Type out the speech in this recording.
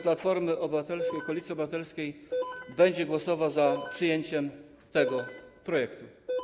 Platformy Obywatelskiej - Koalicji Obywatelskiej będzie głosował za przyjęciem tego projektu.